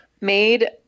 made